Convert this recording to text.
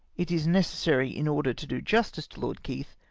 it is necessary, in order to do justice to lord keith,